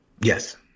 Yes